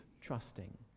trusting